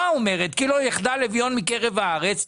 אומרת "כי לא יחדל אביון מקרב הארץ".